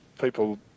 people